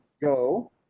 go